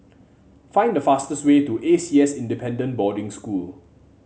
find the fastest way to A C S Independent Boarding School